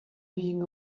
being